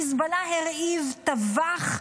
חיזבאללה הרעיב, טבח,